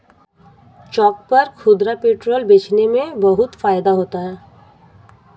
चौक पर खुदरा पेट्रोल बेचने में बहुत फायदा होता है